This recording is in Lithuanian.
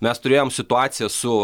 mes turėjom situaciją su